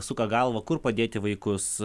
suka galvą kur padėti vaikus